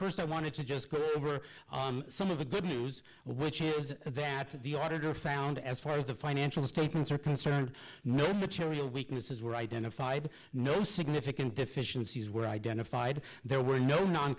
first i want to just go over some of the good news which is that the auditor found as far as the financial statements are concerned no immaterial weaknesses were identified no significant deficiencies were identified there were no